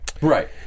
Right